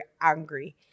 angry